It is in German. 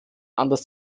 anders